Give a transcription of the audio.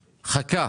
חכה,